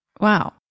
Wow